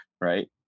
Right